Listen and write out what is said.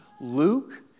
Luke